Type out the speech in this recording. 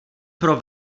pro